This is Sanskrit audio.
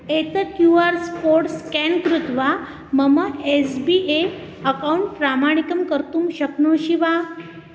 एतत् क्यू आर्स् कोड् स्केन् कृत्वा मम एस् बी ए अकौण्ट् प्रामाणिकं कर्तुं शक्नोषि वा